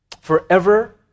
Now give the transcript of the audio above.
forever